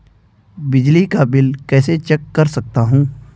बिजली का बिल कैसे चेक कर सकता हूँ?